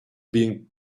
being